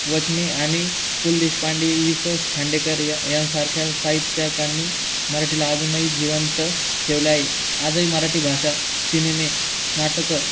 वचने आणि पुल देशपांडे वि स खांडेकर या यांसारख्या साहित्यकांनी मराठीला अजूनही जिवंत ठेवलेल आहे आजही मराठी भाषा सिनेमे नाटकं